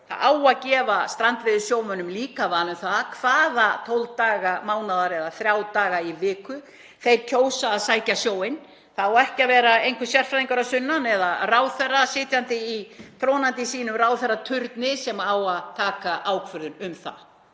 Það á líka að gefa strandveiðisjómönnum val um það hvaða 12 daga mánaðar eða þrjá daga í viku þeir kjósa að sækja sjóinn. Það á ekki að vera einhver sérfræðingur að sunnan eða ráðherra, trónandi í sínum ráðherraturni, sem á að taka ákvörðun um það.